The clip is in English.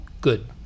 good